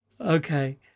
Okay